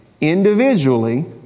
individually